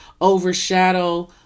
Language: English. overshadow